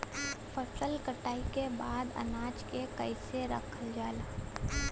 फसल कटाई के बाद अनाज के कईसे रखल जाला?